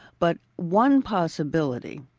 but one possibility,